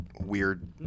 weird